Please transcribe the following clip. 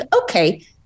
okay